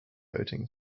voting